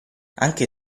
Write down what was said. anche